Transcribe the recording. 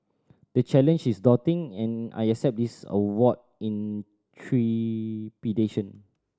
the challenge is daunting and I accept this award in trepidation